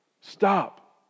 Stop